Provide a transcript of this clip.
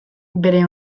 bere